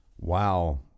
Wow